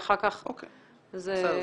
בסדר.